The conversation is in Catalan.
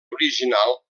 original